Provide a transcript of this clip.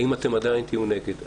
האם אתם עדיין תהיו נגד?